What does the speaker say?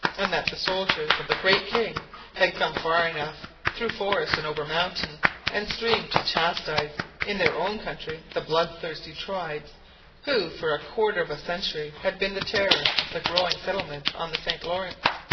and that the soldiers of the great king had come far enough through forest and over mountain and stream to chastise in their own country the bloodthirsty tribes who for a quarter of a century had been the terror of the growing settlements on the st lawrence.